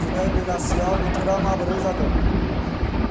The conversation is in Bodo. दिनै बेलासियाव बोथोरा माबोरै जागोन